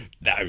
No